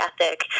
ethic